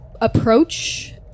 Approach